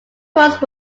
course